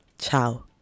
ciao